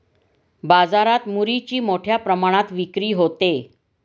बाजारात मुरीची मोठ्या प्रमाणात विक्री होते